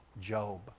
Job